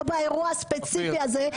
לא באירוע הספציפי הזה.